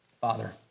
Father